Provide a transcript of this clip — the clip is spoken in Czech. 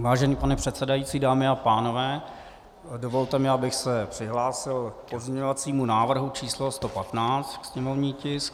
Vážený pane předsedající, dámy a pánové, dovolte mi, abych se přihlásil k pozměňovacímu návrhu číslo 115, sněmovní tisk.